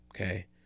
okay